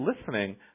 listening